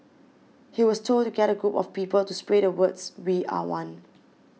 he was told to get a group of people to spray the words we are one